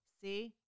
See